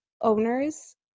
owners